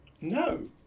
No